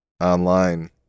online